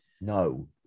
No